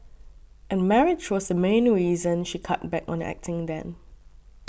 and marriage was the main reason she cut back on acting then